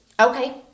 Okay